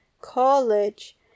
College